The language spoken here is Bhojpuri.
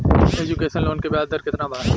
एजुकेशन लोन के ब्याज दर केतना बा?